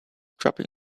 dropping